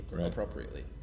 appropriately